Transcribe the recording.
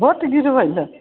vote गिरबै लऽ